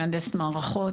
מהנדסת מערכות,